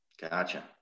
Gotcha